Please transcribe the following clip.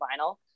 vinyl